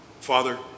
Father